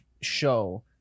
show